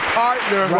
partner